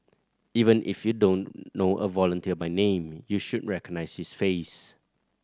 even if you don't know a volunteer by name you should recognise his face